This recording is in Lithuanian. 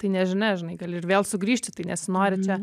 tai nežinia žinai gali ir vėl sugrįžti tai nesinori čia